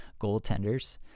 goaltenders